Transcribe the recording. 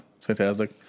Fantastic